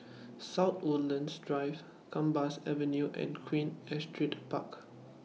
South Woodlands Drive Gambas Avenue and Queen Astrid Park